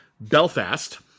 Belfast